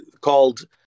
called